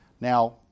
Now